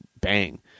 bang